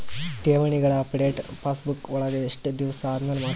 ಠೇವಣಿಗಳ update passbook ವಳಗ ಎಷ್ಟ ದಿವಸ ಆದಮೇಲೆ ಮಾಡ್ತಿರ್?